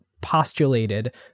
postulated